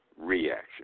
reaction